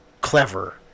clever